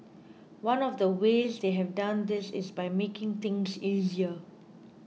one of the ways they have done this is by making things easier